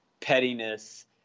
pettiness